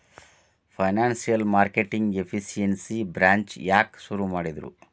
Financial marketing efficiency branch ಯಾಕ್ ಶುರು ಮಾಡಿದ್ರು?